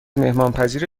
مهمانپذیر